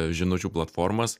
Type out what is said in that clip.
žinučių platformas